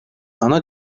ana